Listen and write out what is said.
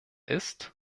ist